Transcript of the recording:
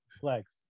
Flex